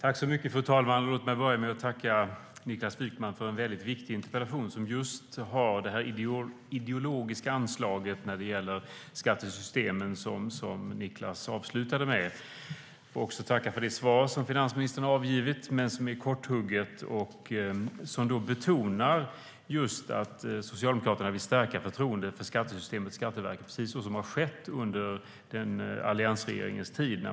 Fru talman! Låt mig börja med att tacka Niklas Wykman för en viktig interpellation som just har det ideologiska anslag när det gäller skattesystemen som Niklas avslutade med. Jag vill också tacka för det svar som finansministern har avgivit. Svaret är korthugget och betonar att Socialdemokraterna vill stärka förtroendet för skattesystemet och Skatteverket, vilket är precis vad som skett under alliansregeringens tid.